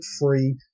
free